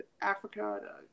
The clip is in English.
Africa